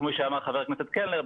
כמו שאמר חבר הכנסת קלנר,